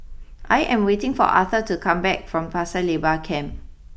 I am waiting for Arther to come back from Pasir Laba Camp